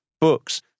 books